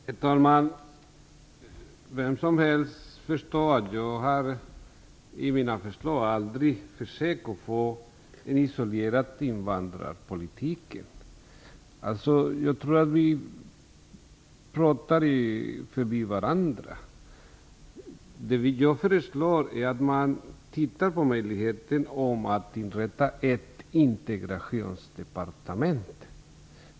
Herr talman! Vem som helst förstår att jag med mina förslag aldrig har strävat efter en isolerad invandrarpolitik. Jag tror att vi pratar förbi varandra. Vad jag föreslår är att man ser över möjligheten att inrätta ett integrationsdepartement.